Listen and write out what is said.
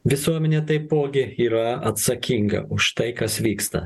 visuomenė taipogi yra atsakinga už tai kas vyksta